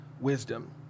wisdom